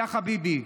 יא חביבי.